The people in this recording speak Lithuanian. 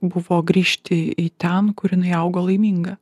buvo grįžti į ten kur jinai augo laiminga